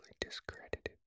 discredited